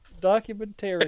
documentary